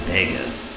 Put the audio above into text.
Vegas